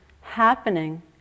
happening